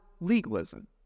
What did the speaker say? legalism